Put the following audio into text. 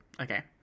okay